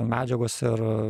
medžiagos ir